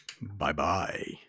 Bye-bye